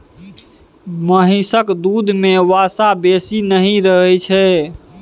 महिषक दूध में वसा बेसी नहि रहइ छै